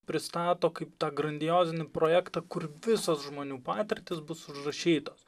pristato kaip tą grandiozinį projektą kur visos žmonių patirtys bus užrašytos